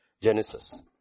Genesis